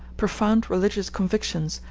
profound religious convictions,